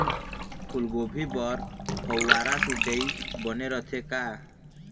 फूलगोभी बर फव्वारा सिचाई बने रथे का?